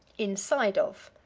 inside of.